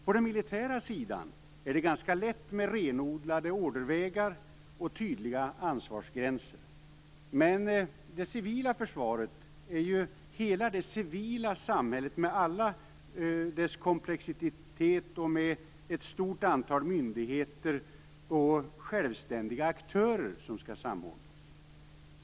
På den militära sidan är det ganska lätt med renodlade ordervägar och tydliga ansvarsgränser. Men det civila försvaret är hela det civila samhället med all dess komplexitet och ett stort antal myndigheter och självständiga aktörer som skall samordnas.